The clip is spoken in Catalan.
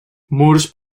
murs